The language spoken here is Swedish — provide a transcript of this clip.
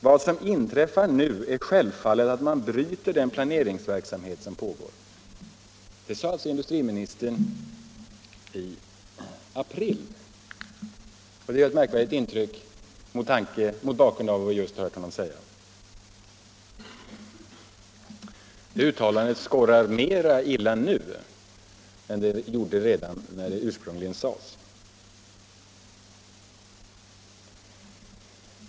Vad som inträffar nu är självfallet att man bryter den planeringsverksamhet som pågår.” Det sade alltså industriministern i april, och det gör ett märkligt intryck mot bakgrund av vad vi just hört honom säga. Ett sådant uttalande skorrar mera illa nu än det gjorde när det ursprungligen fälldes.